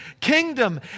kingdom